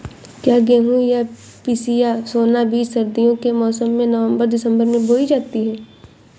क्या गेहूँ या पिसिया सोना बीज सर्दियों के मौसम में नवम्बर दिसम्बर में बोई जाती है?